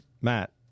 Matt